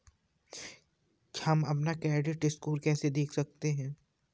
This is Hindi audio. हम अपना क्रेडिट स्कोर कैसे देख सकते हैं?